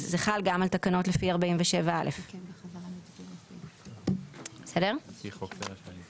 אז זה חל גם על תקנות לפי 47א. כלומר,